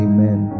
Amen